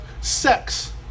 sex